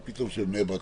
מה פתאום בני ברק?